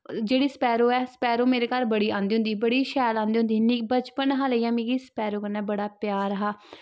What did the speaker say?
जेह्ड़ी स्पैरो ऐ स्पैरो मेरे घर बड़ी आंदी होंदी ही बड़ी शैल आंदी होंदी ही निं बचपन हा लेइयै मिगी स्पैरो कन्नै बड़ा प्यार हा